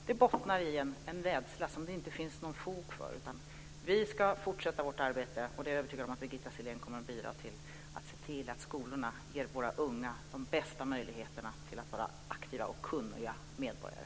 Det bottnar i en rädsla som det inte finns fog för. Vi ska fortsätta vårt arbete. Jag är övertygad om att Birgitta Sellén kommer att bidra till att se till att skolorna ger våra unga de bästa möjligheter att vara aktiva och kunniga medborgare.